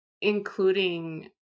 including